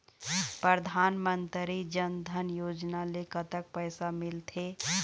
परधानमंतरी जन धन योजना ले कतक पैसा मिल थे?